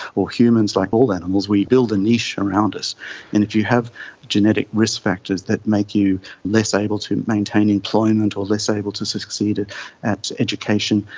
or humans, like all animals, we build a niche around us, and if you have genetic risk factors that make you less able to maintain employment or less able to succeed at at education,